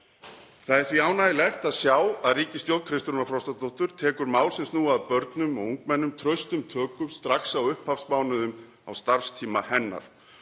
Það er því ánægjulegt að sjá að ríkisstjórn Kristrúnar Frostadóttur tekur mál sem snúa að börnum og ungmennum traustum tökum strax á upphafsmánuðum á starfstíma sínum.